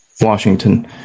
Washington